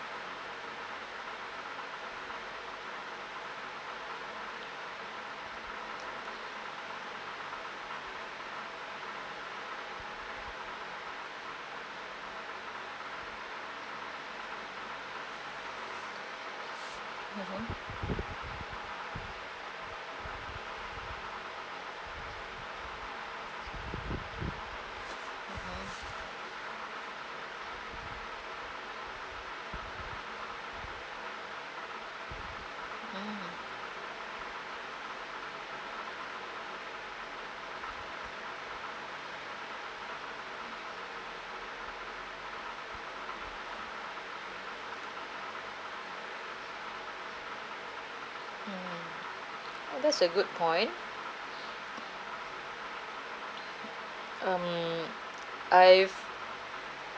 (uh huh) mm mm that's a good point um I've